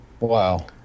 Wow